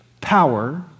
power